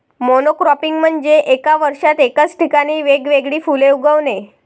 monocropping म्हणजे एका वर्षात एकाच ठिकाणी वेगवेगळी फुले उगवणे